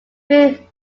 pre